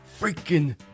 freaking